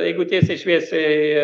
jeigu tiesiai šviesiai